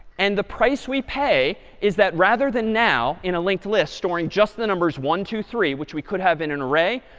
and the price we pay is that rather than now in a linked list storing just the numbers one, two, three, which we could have in an array,